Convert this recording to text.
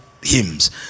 Hymns